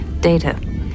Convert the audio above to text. Data